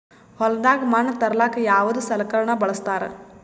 ಹೊಲದಾಗ ಮಣ್ ತರಲಾಕ ಯಾವದ ಸಲಕರಣ ಬಳಸತಾರ?